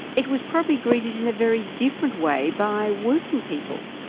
it was probably greeted in a very different way by working people.